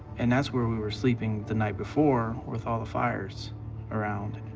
and that's where we were sleeping the night before with all the fires around,